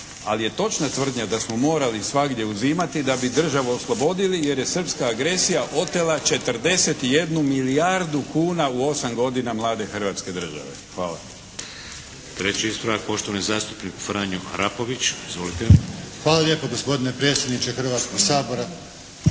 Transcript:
Ali je točna tvrdnja da smo morali svagdje uzimati da bi državu oslobodili jer je srpska agresija otela 41 milijardu kuna u 8 godina mlade Hrvatske države. Hvala. **Šeks, Vladimir (HDZ)** Treći ispravak poštovani zastupnik Franjo Arapović. Izvolite. **Arapović, Franjo (HDZ)** Hvala lijepo gospodine predsjedniče Hrvatskog sabora.